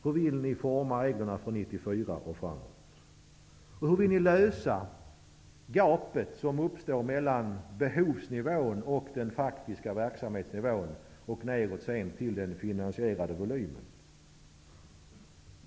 Hur vill ni forma reglerna för år 1994 och framåt? Hur vill ni lösa problemet med gapet som uppstår mellan behovsnivån, den faktiska verksamhetsnivån och den finansierade volymen?